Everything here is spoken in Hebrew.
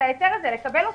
לקבל אותו.